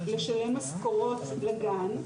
לשלם משכורות לגן,